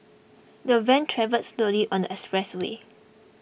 the van travelled slowly on the expressway